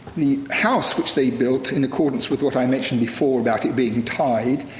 the house which they built in accordance with what i mentioned before about it being tied,